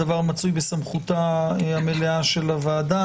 הדבר מצוי בסמכותה המלאה של הוועדה.